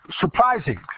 surprising